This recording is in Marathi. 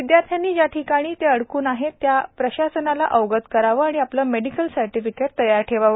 विद्यार्थ्यांनी ज्या ठिकाणी ते अडकून आहेत त्या प्रशासनाला अवगत करावे व आपले मेडिकल सर्टिफिकेट तयार ठेवावे